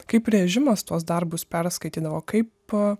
kaip režimas tuos darbus perskaitydavo kaip a